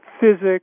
physics